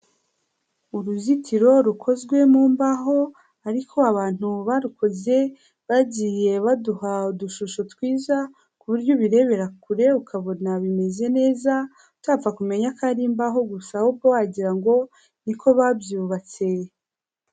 Uruzitiro rukozwe mu mbaho ariko abantu barukoze bagiye baduha udushusho twiza ku buryo ubirebera kure ukabona bimeze neza, utapfa kumenya ko ari imbaho gusa ahubwo wagira ngo ni ko babyubatse.